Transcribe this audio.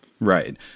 Right